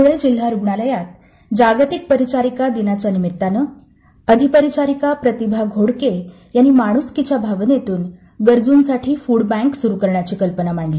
धूळे जिल्हा रुग्णालयात जागतिक परिचारिका दिनाच्या निमित्ताने अधिपरिचारिका प्रतिभा घोडके यांनी माणूसकीच्या भावनेतून गरजूंसाठी फुडबँक सुरु करण्याची कल्पना मांडली